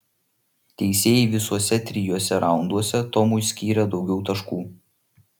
teisėjai visuose trijuose raunduose tomui skyrė daugiau taškų